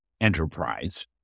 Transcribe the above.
Enterprise